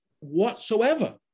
whatsoever